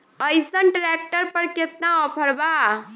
अइसन ट्रैक्टर पर केतना ऑफर बा?